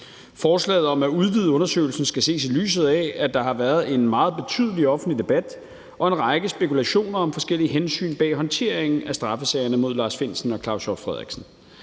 Forslaget om at udvide undersøgelsen skal ses i lyset af, at der har været en meget betydelig offentlig debat og en række spekulationer om forskellige hensyn bag håndteringen af straffesagerne mod Lars Findsen og Claus Hjort Frederiksen.